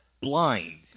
Blind